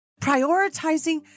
Prioritizing